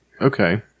Okay